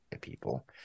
people